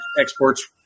exports